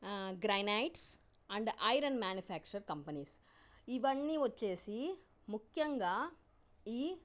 granites and iron manufacture companies ఇవన్నీ వచ్చేసి ముఖ్యంగా ఈ